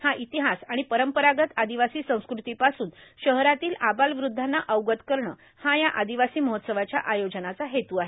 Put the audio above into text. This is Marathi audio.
हा इतिहास आणि परंपरागत आदिवासी संस्कृतीपासून शहरातील अबालवद्धांना अवगत करणे हा या आदिवासी महोत्सवाच्या आयोजनाचा हेतू आहे